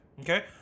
Okay